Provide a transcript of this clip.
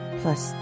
plus